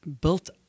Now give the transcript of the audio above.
built